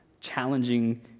challenging